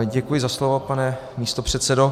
Děkuji za slovo, pane místopředsedo.